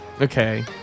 Okay